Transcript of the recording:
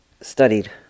studied